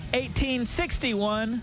1861